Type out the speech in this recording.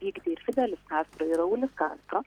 vykdė ir fidelis kastro ir raulis kastro